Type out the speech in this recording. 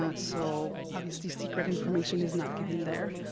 ah so obviously secret information is not given there.